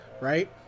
right